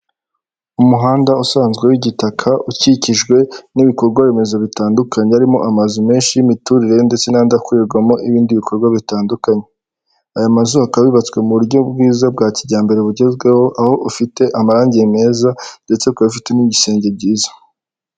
Umuhanda usanzwe w'igitaka, ukikijwe n'ibikorwa remezo bitandukanye, harimo amazu menshi y'imiturire ndetse n'andi akorerwamo n'ibindi bikorwa bitandukanye. Aya mazu akaba yubatswe mu buryo bwiza bwa kijyambere bugezweho, aho ufite amarangi meza ndetse akaba afite n'ibisenge byiza.